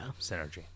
synergy